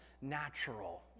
natural